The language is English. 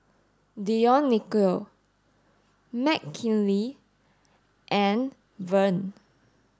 Dionicio Mckinley and Vern